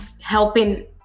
helping